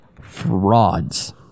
frauds